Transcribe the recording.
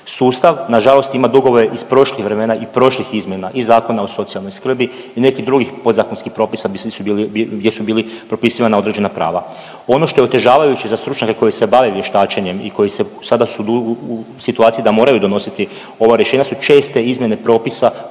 Sustav nažalost ima dugove iz prošlih vremena i prošlih izmjena i Zakona o socijalnoj skrbi i nekih drugih podzakonskih propisa i svi gdje su bili propisivana određena prava. Ono što je otežavajuće za stručnjake koji se bave vještačenjem i koji sada su u situaciji da moraju donositi ova rješenja su česte izmjene propisa